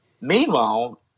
meanwhile